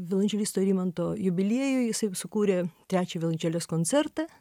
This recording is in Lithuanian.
violončelisto rimanto jubiliejui jisai sukūrė trečią violončelės koncertą